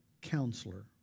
counselor